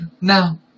Now